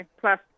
plus